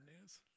news